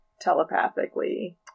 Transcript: telepathically